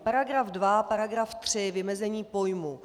Paragraf 2 a paragraf 3 Vymezení pojmů.